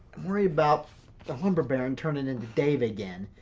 i'm worried about the lumber baron turning into dave again.